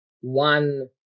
one